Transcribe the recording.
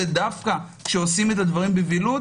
דווקא כשעושים את הדברים בבהילות,